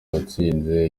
watsinze